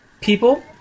people